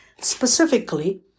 specifically